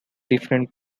different